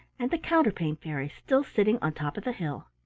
and the counterpane fairy still sitting on top of the hill.